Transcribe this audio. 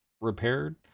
repaired